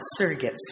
surrogates